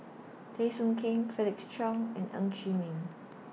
Teo Soon Kim Felix Cheong and Ng Chee Meng